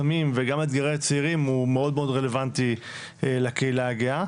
סמים וגם אתגרי הצעירים הוא מאוד רלוונטי לקהילה הגאה.